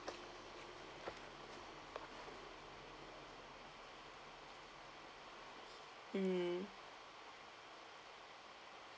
mm